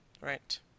Right